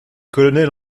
colonels